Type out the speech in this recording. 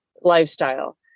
lifestyle